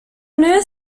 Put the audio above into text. new